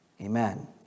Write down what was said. amen